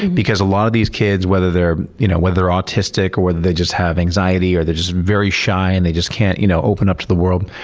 because a lot of these kids, whether they're you know autistic, or they just have anxiety, or they're just very shy and they just can't you know open up to the world,